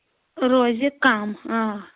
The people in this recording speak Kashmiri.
روزِ کَم آ